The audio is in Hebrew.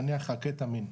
נניח הקטמין,